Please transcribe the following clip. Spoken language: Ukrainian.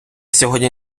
сьогодні